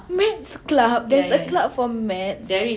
maths club there's a club for maths